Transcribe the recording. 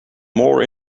more